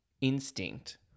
instinct